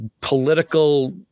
political